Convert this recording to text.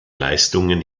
leistungen